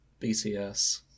BTS